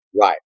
Right